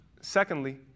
Secondly